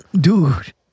dude